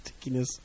stickiness